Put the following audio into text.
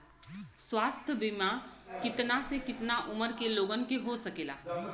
स्वास्थ्य बीमा कितना से कितना उमर के लोगन के हो सकेला?